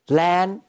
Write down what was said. land